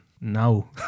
No